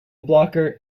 blocker